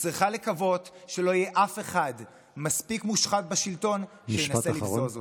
שצריכה לקוות שלא יהיה אף אחד מספיק מושחת בשלטון שינסה לבזוז אותה.